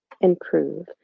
improve